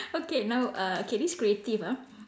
okay now uh K this creative ah